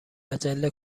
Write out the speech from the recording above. عجله